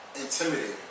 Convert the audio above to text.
intimidating